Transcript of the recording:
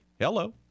Hello